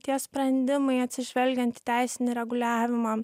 tie sprendimai atsižvelgiant į teisinį reguliavimą